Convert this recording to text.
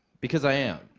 because i am.